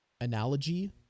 analogy